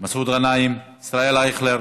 מסעוד גנאים, ישראל אייכלר,